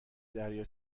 دریا